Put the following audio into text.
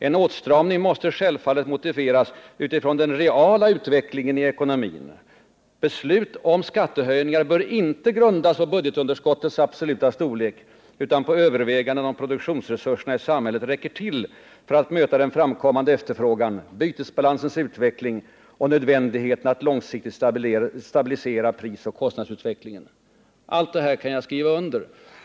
En åtstramning måste självfallet motiveras utifrån den reala utvecklingen i ekonomin. Beslut om skattehöjningar bör inte grundas på budgetunderskottets absoluta storlek utan på överväganden om produktionsresurserna i samhället räcker till för att möta den framkommande efterfrågan, bytesbalansens utveckling och nödvändigheten att långsiktigt stabilisera prisoch kostnadsutvecklingen.” Allt detta kan jag skriva under.